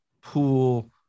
pool